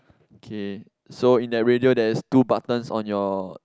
okay so in that radio there's two buttons on your